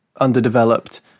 underdeveloped